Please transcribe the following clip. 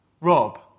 Rob